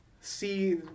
see